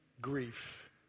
grief